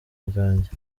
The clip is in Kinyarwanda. bwanjye